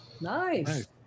Nice